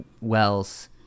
Wells